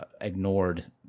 ignored